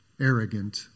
arrogant